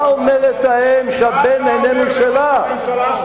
מה אומרת האם שהבן איננו שלה?